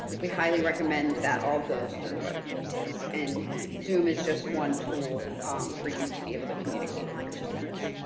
we highly recommend that all goes through webcourses. and zoom is just one tool for you to be able to communicate with your students.